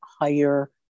higher